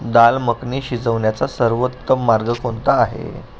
दाल मखनी शिजवण्याचा सर्वोत्तम मार्ग कोणता आहे